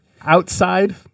outside